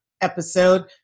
episode